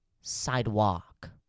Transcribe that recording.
Sidewalk